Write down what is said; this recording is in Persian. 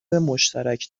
مشترک